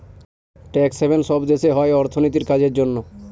tax haven সব দেশে হয় অর্থনীতির কাজের জন্য